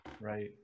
right